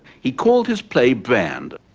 he called his play brand.